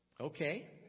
okay